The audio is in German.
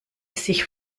sich